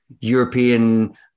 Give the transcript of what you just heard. European